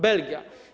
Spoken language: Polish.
Belgia.